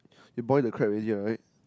you boil the crab already right